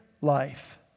life